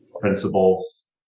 principles